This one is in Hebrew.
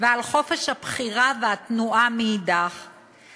ועל חופש הבחירה והתנועה מאידך גיסא,